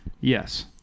Yes